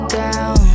down